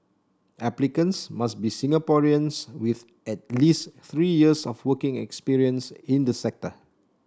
applicants must be Singaporeans with at least three years of working experience in the sector